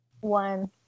One